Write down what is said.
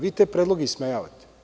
Vi te predloge ismejavate.